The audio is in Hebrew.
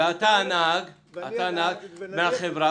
אתה הנהג מהחברה